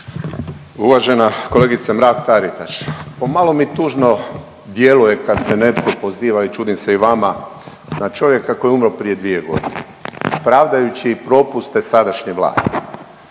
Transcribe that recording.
Uvažena kolegice Mrak Taritaš, pomalo mi tužno djeluje kad se netko poziva i čudim se i vama na čovjeka koji je umro prije dvije godine, pravdajući propuste sadašnje vlasti.